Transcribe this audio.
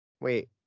Wait